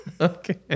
Okay